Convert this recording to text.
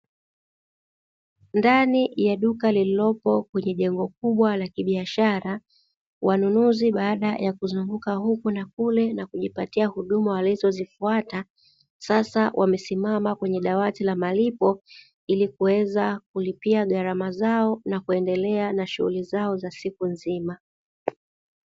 Ndani ya duka lililopo kwenye jengo kubwa la kibiashara, wanunuzi baada ya kuzunguka huku na kule na kujipatia huduma walizozifuata, sasa wamesimama kwenye dawati la malipo ili, kuweza kulipia gharama zao na kuendelea na shughuli zao za siku nzima.